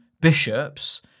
Bishops